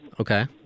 Okay